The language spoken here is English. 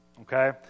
okay